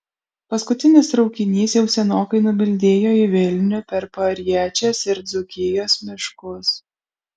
paskutinis traukinys jau senokai nubildėjo į vilnių per pariečės ir dzūkijos miškus